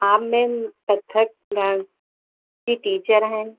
आप ma'am Kathak dance की teacher हैं